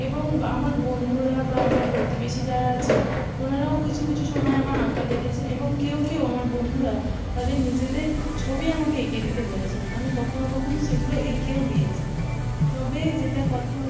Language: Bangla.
এবং বা আমার বন্ধুরা বা আমার প্রতিবেশী যারা আছেন ওনারাও কিছু কিছু সময় আমার আঁকা দেখেছেন এবং কেউ কেউ আমার বন্ধুরা তাদের নিজেদের ছবি আমাকে এঁকে দিতে বলেছেন আমি কখনো কখনো সেগুলো এঁকেও দিয়েছি তবে যেটা কথা হলো